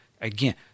Again